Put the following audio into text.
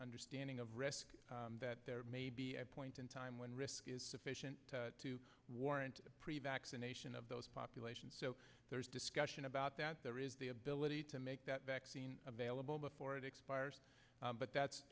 understanding of risk that there may be a point in time when risk is sufficient to warrant prevent acts anation of those populations so there is discussion about that there is the ability to make that vaccine available before it expires but that's